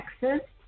Texas